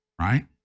right